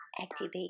activate